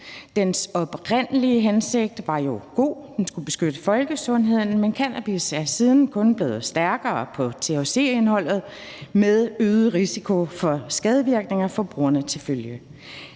Dens oprindelige hensigt var jo god – den skulle beskytte folkesundheden – men THC-indholdet i cannabis er siden kun blevet større med øget risiko for skadevirkninger for brugerne til følge.